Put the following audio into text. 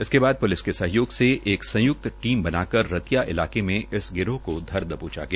इसके बाद प्लिस के सहयोग से एक संयुक्त टीम बनाकर रतिया इलाके में इस गिरोह को धर दबोचा गया